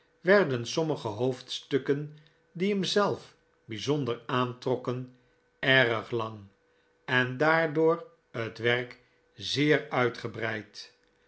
werden sommige hoofdstukken die hem zelf bijzonder aantrokken erg lang en daardoor het werk zeer uitgebreid